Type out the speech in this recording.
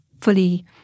fully